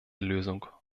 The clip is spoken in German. lösung